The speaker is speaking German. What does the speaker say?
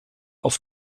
auf